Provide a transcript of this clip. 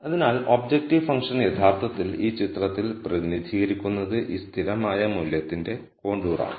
അതിനാൽ objective function യഥാർത്ഥത്തിൽ ഈ ചിത്രത്തിൽ പ്രതിനിധീകരിക്കുന്നത് ഈ സ്ഥിരമായ മൂല്യത്തിന്റെ കോണ്ടൂറാണ്